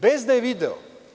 Bez da je video.